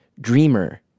dreamer